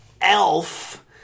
Elf